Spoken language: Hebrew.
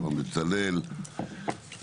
אברהם בצלאל,